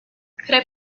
could